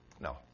No